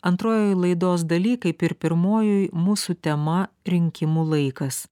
antrojoj laidos daly kaip ir pirmojoj mūsų tema rinkimų laikas